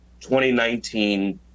2019